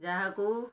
ଯାହାକୁ